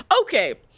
Okay